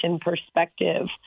perspective